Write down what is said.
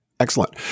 Excellent